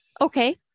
Okay